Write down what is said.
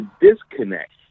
disconnect